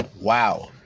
Wow